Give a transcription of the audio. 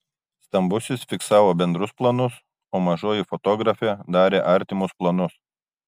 stambusis fiksavo bendrus planus o mažoji fotografė darė artimus planus